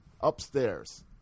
Upstairs